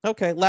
Okay